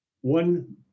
one